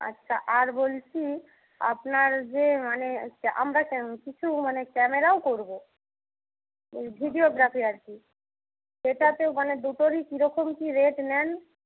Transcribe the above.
আচ্ছা আর বলছি আপনার যে মানে আমরা কিছু মানে ক্যামেরাও করব ওই ভিডিওগ্রাফি আর কি সেটাতেও মানে দুটোরই কীরকম কী রেট নেন